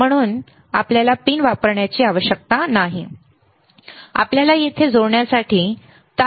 म्हणून आपल्याला पिन वापरण्याची आवश्यकता नाही आपल्याला येथे जोडण्यासाठी तारा वापरण्याची आवश्यकता नाही